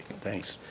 thanks.